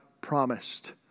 promised